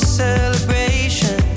celebration